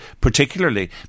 particularly